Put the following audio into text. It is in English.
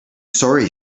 sorry